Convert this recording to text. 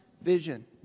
vision